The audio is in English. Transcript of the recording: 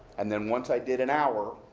and then, once i did an hour,